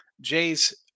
Jays –